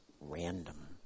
random